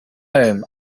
home